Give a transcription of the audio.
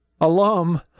alum